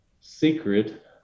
secret